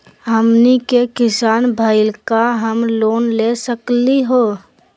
हमनी के किसान भईल, का हम लोन ले सकली हो?